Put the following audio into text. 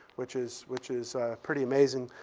which is which is pretty amazing.